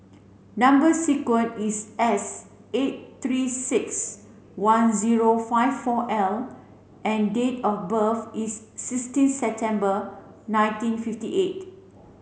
number is S eight three six one zero five four L and date of birth is sixteen September nineteen fifty eight